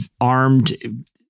armed